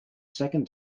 second